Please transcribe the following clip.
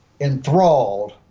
enthralled